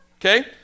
okay